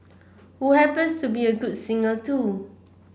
who happens to be a good singer too